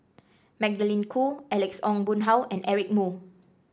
Magdalene Khoo Alex Ong Boon Hau and Eric Moo